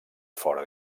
fora